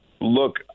look